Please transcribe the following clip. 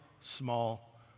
small